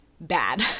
bad